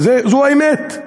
זו האמת?